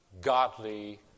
godly